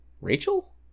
Rachel